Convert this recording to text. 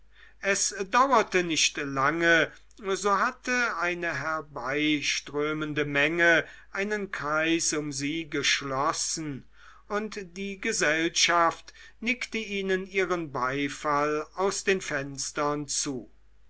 es dauerte nicht lange so hatte eine herbeiströmende menge einen kreis um sie geschlossen und die gesellschaft nickte ihnen ihren beifall aus den fenstern zu